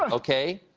ah okay?